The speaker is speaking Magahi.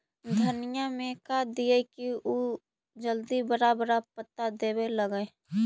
धनिया में का दियै कि उ जल्दी बड़ा बड़ा पता देवे लगै?